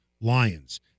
Lions